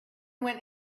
went